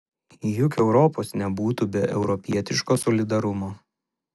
juk europos nebūtų be europietiško solidarumo